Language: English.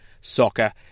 Soccer